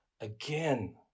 again